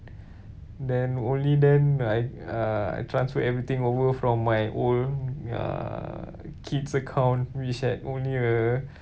then only then I uh I transfer everything over from my old uh kid's account which had only uh